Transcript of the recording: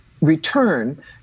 return